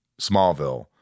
smallville